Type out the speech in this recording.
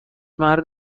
مرد